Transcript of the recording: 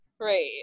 right